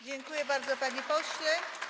Dziękuję bardzo, panie pośle.